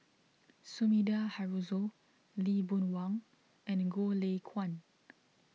Sumida Haruzo Lee Boon Wang and Goh Lay Kuan